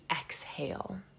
exhale